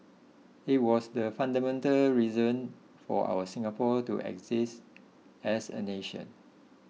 it was the fundamental reason for our Singapore to exist as a nation